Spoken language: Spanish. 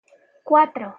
cuatro